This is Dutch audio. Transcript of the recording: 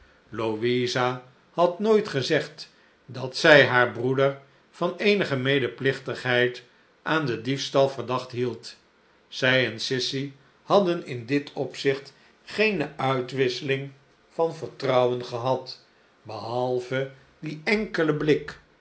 louisa had nooit gezegd dat zij haar broeder van eenige medeplichtigheid aan den diefstal verdacht hield zij en sissy hadden in dit opzicht geene uitwisseling van vertrouwen gehad behalve dien enkelen blik